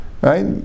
right